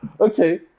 okay